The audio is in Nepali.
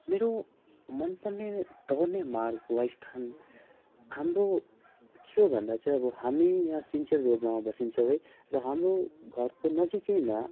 मेरो मन पर्ने दौड्ने मार्ग वा स्थान हाम्रो के हो भन्दा चाहिँ अब हामी यहाँ सिन्चेल रोडमा बसिन्छौँ है र हाम्रो घरको नजिकैमा